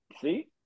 See